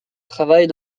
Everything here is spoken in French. travaille